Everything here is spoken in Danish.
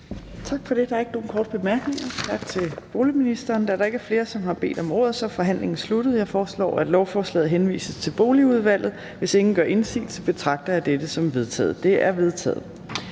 Torp): Der er ikke nogen korte bemærkninger. Tak til boligministeren. Da der ikke er flere, som har bedt om ordet, er forhandlingen sluttet. Jeg foreslår, at lovforslaget henvises til Boligudvalget. Hvis ingen gør indsigelse, betragter jeg dette som vedtaget. Det er vedtaget.